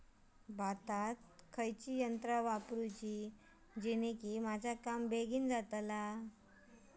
भातात कसली यांत्रा वापरुची जेनेकी माझा काम बेगीन जातला?